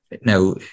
Now